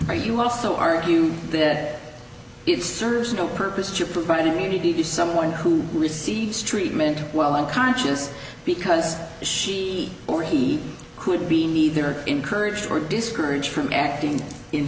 write you also argue that it serves no purpose to provide immediately someone who receives treatment while unconscious because she or he could be neither encouraged or discouraged from acting in